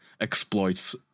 exploits